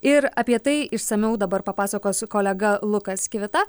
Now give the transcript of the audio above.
ir apie tai išsamiau dabar papasakos su kolega lukas kivita